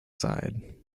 side